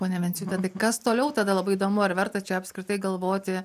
ponia venciūte tai kas toliau tada labai įdomu ar verta čia apskritai galvoti